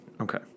okay